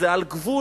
זה על גבול